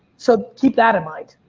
so keep that in mind.